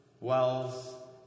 Wells